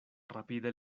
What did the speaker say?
rapide